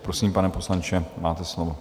Prosím, pane poslanče, máte slovo.